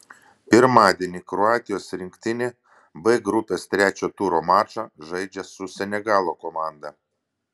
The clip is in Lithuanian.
pirmadienį kroatijos rinktinė b grupės trečio turo mačą žaidžia su senegalo komanda